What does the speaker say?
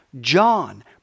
John